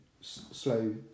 slow